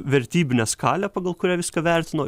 vertybinę skalę pagal kurią viską vertino